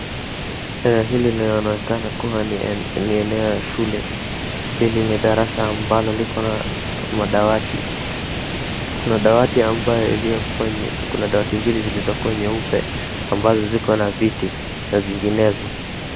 Hili linaonekana kuwa ni eneo ya shule, hili ni darasa ambalo liko na madawati, kuna dawati ambayo ilio kwenye, kuna dawati mbili zilizokua nyeupe ambazo ziko na viti na zinginezo.